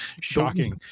Shocking